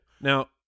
Now